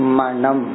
manam